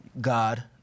God